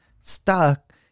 stuck